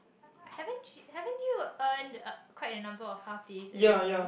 haven't ch~ haven't you earned uh quite a number of half day already